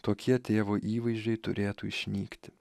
tokie tėvo įvaizdžiai turėtų išnykti